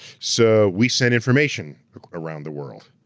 so we send information around the world,